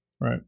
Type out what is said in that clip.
Right